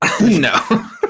No